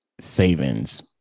savings